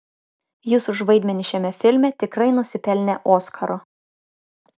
jis už vaidmenį šiame filme tikrai nusipelnė oskaro